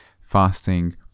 fasting